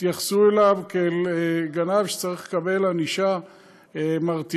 יתייחסו אליו כאל גנב שצריך לקבל ענישה מרתיעה.